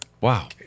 Wow